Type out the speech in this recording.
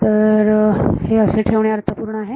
तर हे असे ठेवणे अर्थपूर्ण आहे